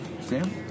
Sam